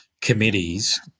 committees